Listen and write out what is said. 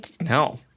No